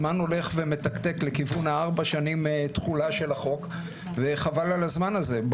הזמן הולך ומתקתק לכיוון הארבע שנים תחולה של החוק וחבל על הזמן הזה.